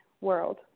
world